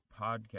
podcast